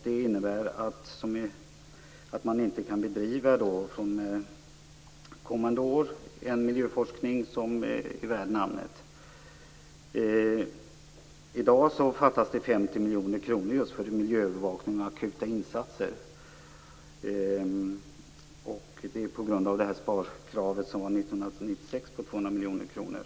Det innebär att man inte under kommande år kan bedriva en miljöforskning som är värd namnet. I dag fattas 50 miljoner kronor för miljöövervakning och akuta insatser. Det beror på sparkravet från 1996 på 200 miljoner kronor.